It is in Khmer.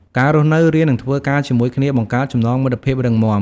ការរស់នៅ រៀន និងធ្វើការជាមួយគ្នាបង្កើតចំណងមិត្តភាពរឹងមាំ។